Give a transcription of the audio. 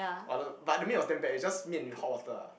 but the but the mee was damn bad it's just 面 with hot water ah